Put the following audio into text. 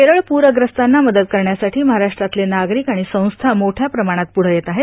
केरळ पूरग्रस्तांना मदत करण्यासाठी महाराष्ट्रातले नागरिक आणि संस्था मोठ्या प्रमाणात पुढं येत आहेत